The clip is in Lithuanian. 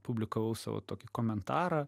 publikavau savo tokį komentarą